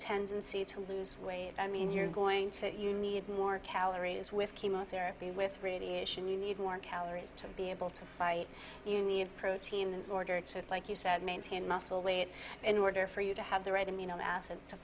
tendency to lose weight i mean you're going to you need more calories with chemotherapy with radiation you need more calories to be able to fight you need protein in order to like you said maintain muscle weight in order for you to have the right a